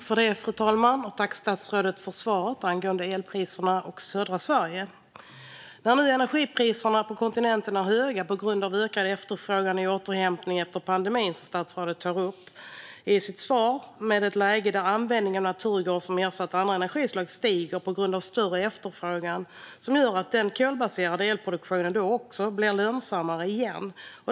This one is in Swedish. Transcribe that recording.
Fru talman! Tack, statsrådet, för svaret angående elpriserna i södra Sverige! Energipriserna på kontinenten är nu höga på grund av ökad efterfrågan i återhämtningen efter pandemin, som statsrådet tar upp i sitt svar, och naturgas, som ersatt andra energislag, stiger i pris på grund av större efterfrågan. Det gör att den kolbaserade elproduktionen blir lönsammare igen.